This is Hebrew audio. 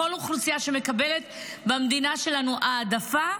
כל אוכלוסייה שמקבלת במדינה שלנו העדפה,